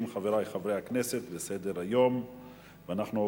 נעבור להצעות לסדר-היום בנושא: